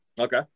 Okay